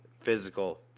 physical